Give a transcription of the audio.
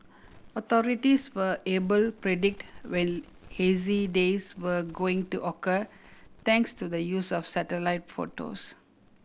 authorities were able predict when hazy days were going to occur thanks to the use of satellite photos